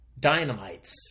dynamites